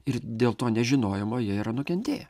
ir dėl to nežinojimo jie yra nukentėję